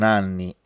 anni